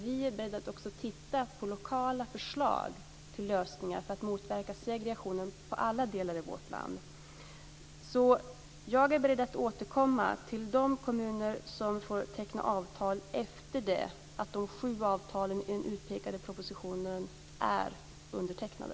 Vi är beredda att också titta på lokala förslag till lösningar för att motverka segregationen i alla delar av vårt land. Jag är beredd att återkomma till de kommuner som får teckna avtal efter det att de sju i propositionen utpekade avtalen är undertecknade.